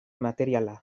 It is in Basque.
materiala